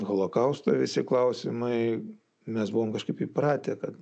holokausto visi klausimai mes buvom kažkaip įpratę kad